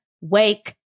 wake